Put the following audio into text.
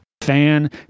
fan